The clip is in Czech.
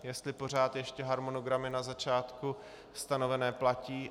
Jestli pořád ještě harmonogramy na začátku stanovené platí.